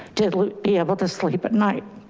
did loot be able to sleep at night?